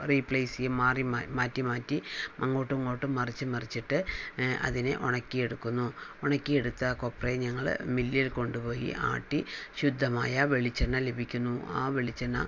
replace ചെയ്യും മാറി മാറി മാറ്റി മാറ്റി അങ്ങോട്ടുമിങ്ങോട്ടും മറിച്ച് മറിച്ചിട്ട് അതിനെ ഉണക്കിയെടുക്കുന്നു ഉണക്കിയെടുത്ത കൊപ്രയെ ഞങ്ങൾ മില്ലിൽ കൊണ്ടു പോയി ആട്ടി ശുദ്ധമായ വെളിച്ചെണ്ണ ലഭിക്കുന്നു ആ വെളിച്ചെണ്ണ